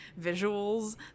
visuals